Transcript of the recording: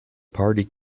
party